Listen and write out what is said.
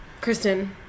Kristen